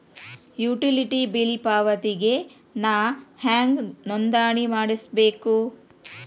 Utility bill ಪಾವತಿಗೆ ನಾ ಹೆಂಗ್ ನೋಂದಣಿ ಮಾಡ್ಸಬೇಕು?